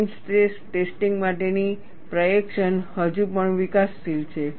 plane stress testing માટેની પ્રએક્શન હજુ પણ વિકાસશીલ છે